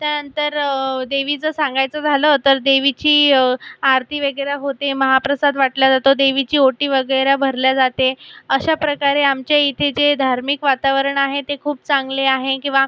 त्यानंतर देवीचं सांगायचं झालं तर देवीची आरती वगैरे होते महाप्रसाद वाटला जातो देवीची ओटी वगैरे भरली जाते अशा प्रकारे आमच्या इथे जे धार्मिक वातावरण आहे ते खूप चांगले आहे किंवा